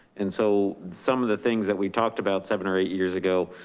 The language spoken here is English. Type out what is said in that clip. and so some of the things that we talked about seven or eight years ago,